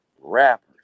rappers